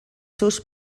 seus